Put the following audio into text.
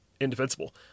indefensible